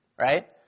right